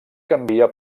canvia